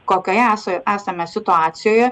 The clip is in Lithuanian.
kokioje esa esame situacijoje